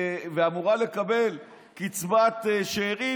ואמורה לקבל קצבת שאירים,